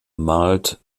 malt